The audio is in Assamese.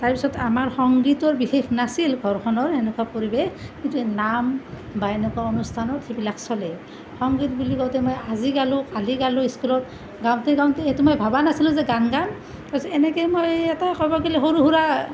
তাৰপিছত আমাৰ সংগীতৰ বিশেষ নাছিল ঘৰখনৰ এনেকুৱা পৰিৱেশ কিন্তু নাম বা এনেকুৱা অনুষ্ঠানত সেইবিলাক চলে সংগীত বুলি কওঁতে মই আজি গালোঁ কালি গালোঁ স্কুলত গাওঁতে গাওঁতে এইটো মই ভবা নাছিলোঁ যে গান গাম পিছত এনেকৈ মই এটা ক'ব গ'লে সৰু সুৰা